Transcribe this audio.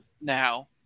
Now